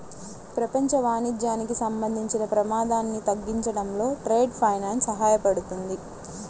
ప్రపంచ వాణిజ్యానికి సంబంధించిన ప్రమాదాన్ని తగ్గించడంలో ట్రేడ్ ఫైనాన్స్ సహాయపడుతుంది